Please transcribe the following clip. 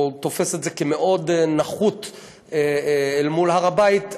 או תופס את זה כמאוד נחות אל מול הר הבית,